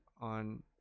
on